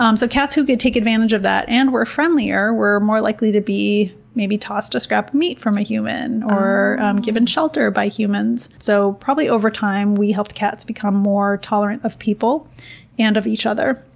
um so cats who could take advantage of that, and were friendlier, were more likely to be maybe tossed a scrap meat from a human or given shelter by humans. so probably over time we helped cats become more tolerant of people and of each other.